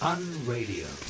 Unradio